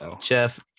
Jeff